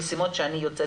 כי אתם לא עסק של מיליונים,